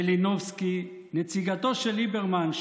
נציגתו של ליברמן,